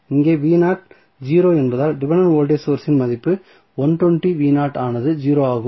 இங்கே 0 என்பதால் dependent voltage source இன் மதிப்பு 120 ஆனது 0 ஆகும்